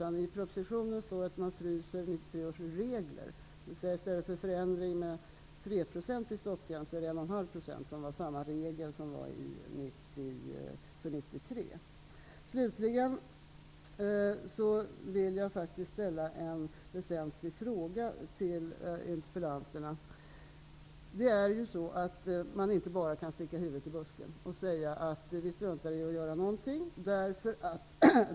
I propositionen står det att man fryser 1993 års regler. I stället för en förändring till en 3-procentig stoppgräns blir det en regel om 1,5 %, som också gäller för 1993. Slutligen vill jag ställa en väsentlig fråga till interpellanterna. Man kan inte bara sticka huvudet i busken och säga att man struntar i att göra någonting.